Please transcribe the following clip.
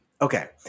Okay